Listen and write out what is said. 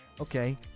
Okay